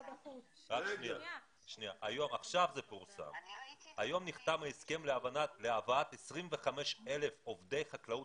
היום נחתם ההסכם להבאת 25,000 עובדי חקלאות